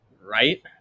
right